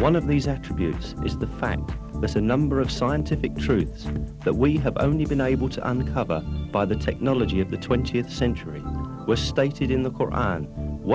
one of these attributes is the fact base a number of scientific truths that we have only been able to uncover by the technology of the twentieth century was stated in the koran